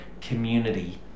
community